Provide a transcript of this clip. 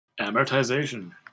Amortization